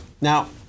Now